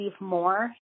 more